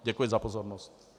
Děkuji za pozornost.